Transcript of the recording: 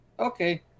Okay